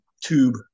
tube